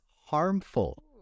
harmful